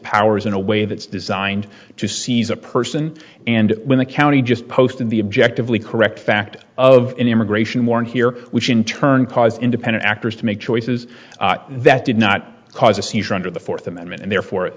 powers in a way that's designed to seize a person and when the county just posting the objective lee correct fact of an immigration warrant here which in turn causes independent actors to make choices that did not cause a seizure under the fourth amendment and therefore